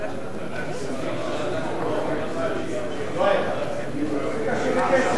ההצעה להעביר את הנושא לוועדת הכספים נתקבלה.